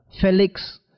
Felix